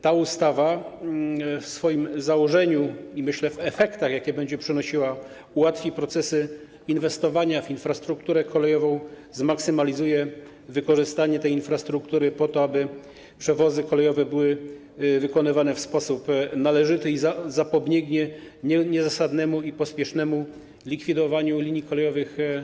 Ta ustawa w swoim założeniu i, myślę, w zakresie efektów, jakie będzie przynosiła, ułatwi procesy inwestowania w infrastrukturę kolejową, zmaksymalizuje wykorzystanie tej infrastruktury po to, aby przewozy kolejowe były wykonywane w sposób należyty, i zapobiegnie niezasadnemu i pospiesznemu likwidowaniu linii kolejowych.